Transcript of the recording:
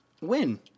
Win